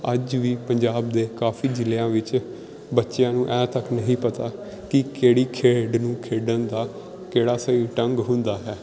ਅੱਜ ਵੀ ਪੰਜਾਬ ਦੇ ਕਾਫ਼ੀ ਜ਼ਿਲ੍ਹਿਆਂ ਵਿੱਚ ਬੱਚਿਆਂ ਨੂੰ ਇਹ ਤੱਕ ਨਹੀਂ ਪਤਾ ਕਿ ਕਿਹੜੀ ਖੇਡ ਨੂੰ ਖੇਡਣ ਦਾ ਕਿਹੜਾ ਸਹੀ ਢੰਗ ਹੁੰਦਾ ਹੈ